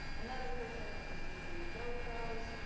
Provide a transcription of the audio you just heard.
another person that was using go-pros,